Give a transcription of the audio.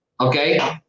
okay